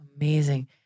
Amazing